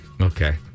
Okay